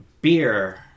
beer